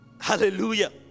Hallelujah